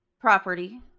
property